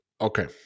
Okay